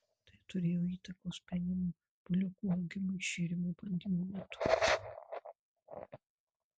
tai turėjo įtakos penimų buliukų augimui šėrimo bandymo metu